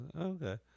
Okay